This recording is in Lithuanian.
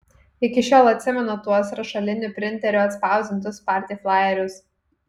iki šiol atsimenu tuos rašaliniu printeriu atspausdintus party flajerius